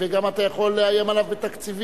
וגם, אתה יכול לאיים עליו בתקציבים.